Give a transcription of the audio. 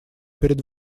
перед